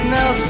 Now